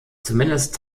zumindest